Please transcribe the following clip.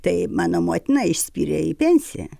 tai mano motiną išspyrė į pensiją